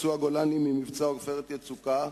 פצוע גולני ממבצע "עופרת יצוקה",